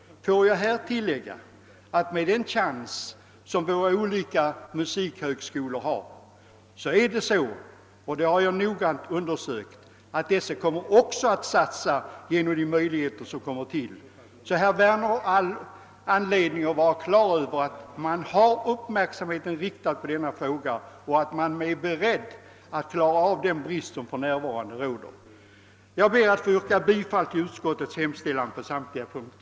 Jag vill tillägga att våra olika musikhögskolor med de möjligheter som tillkommer — jag har noggrant undersökt detta — också kommer att göra en satsning på detta område. Herr Werner har alltså all anledning vara förvissad om att man har uppmärksamheten riktad på denna fråga och att man är beredd att avhjälpa den brist som för närvarande råder. Jag ber att få yrka bifall till utskottets hemställan på samtliga punkter.